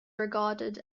regarded